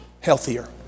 healthier